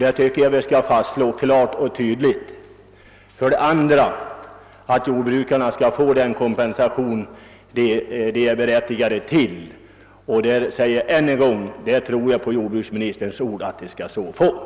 Det tycker jag att vi bör slå fast klart och tydligt. Den andra punkten är att jordbrukarna skall få den kompensation som de är berättigade till. Jag vill än en gång understryka att jag tror på jordbruksministerns ord därvidlag.